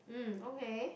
mm okay